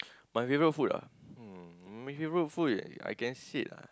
my favourite food ah um my favourite food I can said ah